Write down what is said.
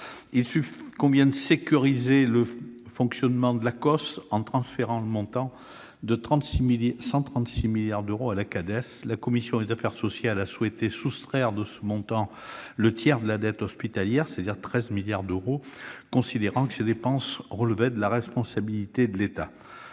Il convient de sécuriser le fonctionnement de l'Acoss en transférant le montant de 136 milliards d'euros à la Cades. La commission des affaires sociales a souhaité soustraire de ce montant le tiers de la dette hospitalière, c'est-à-dire 13 milliards d'euros, considérant que ces dépenses relevaient de la responsabilité de l'État.